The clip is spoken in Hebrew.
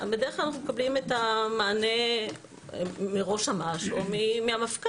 בדרך כלל אנחנו מקבלים את המענה מראש אמ"ש או מהמפכ"ל.